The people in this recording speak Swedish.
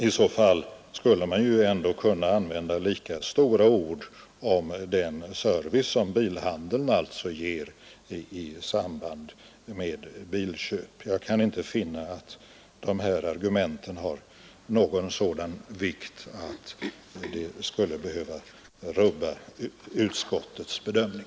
I så fall skulle man kunna använda lika stora ord om den service som bilhandeln ger i samband med bilköp. Jag kan inte finna att dessa argument har någon sådan vikt, att det skulle behöva rubba utskottets bedömning.